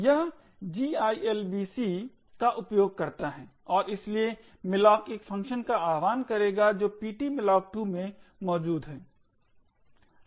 यह gilibc का उपयोग करता है और इसलिए malloc एक फंक्शन का आह्वान करेगा जो ptmalloc2 में मौजूद है